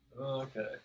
okay